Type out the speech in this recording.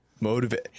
motivate